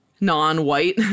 non-white